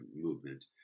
movement